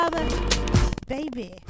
Baby